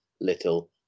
little